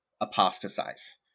apostatize